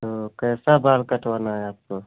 तो कैसा बाल कटवाना है आपको